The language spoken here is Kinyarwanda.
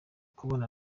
kubona